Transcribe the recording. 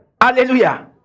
Hallelujah